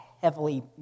heavily